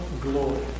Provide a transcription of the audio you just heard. glory